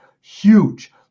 huge